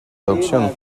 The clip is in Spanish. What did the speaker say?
adopción